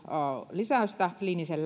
lisäystä kliiniseen